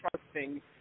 trusting